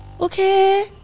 okay